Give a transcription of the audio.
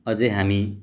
अझै हामी